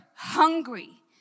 hungry